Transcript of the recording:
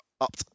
up